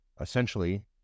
essentially